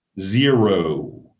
Zero